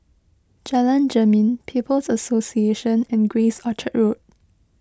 Jalan Jermin People's Association and Grace Orchard School